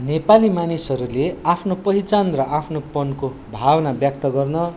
नेपाली मानिसहरूले आफ्नो पहिचान र आफ्नोपनको भावना व्यक्त गर्न